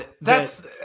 thats